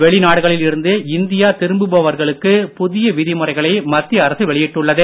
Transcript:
வெளிநாடுகளில் இருந்து இந்தியா திரும்புபவர்களுக்கு புதிய விதிமுறைகளை மத்திய அரசு வெளியிட்டுள்ளது